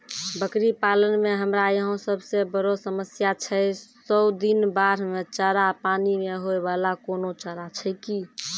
बकरी पालन मे हमरा यहाँ सब से बड़ो समस्या छै सौ दिन बाढ़ मे चारा, पानी मे होय वाला कोनो चारा छै कि?